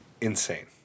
Insane